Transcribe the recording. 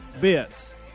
bits